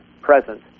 present